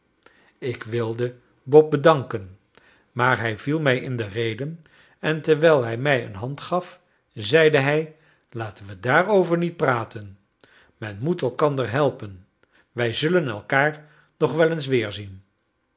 ik wilde bob bedanken maar hij viel mij in de rede en terwijl hij mij een hand gaf zeide hij laten wij daarover niet praten men moet elkander helpen wij zullen elkaar nog wel eens weerzien